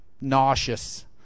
nauseous